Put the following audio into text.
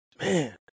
man